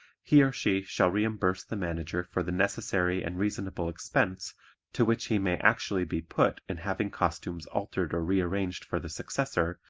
he or she shall reimburse the manager for the necessary and reasonable expense to which he may actually be put in having costumes altered or rearranged for the successor,